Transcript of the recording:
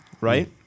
right